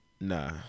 Nah